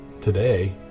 today